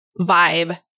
vibe